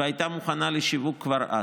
והייתה מוכנה לשיווק כבר אז.